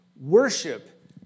worship